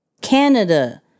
Canada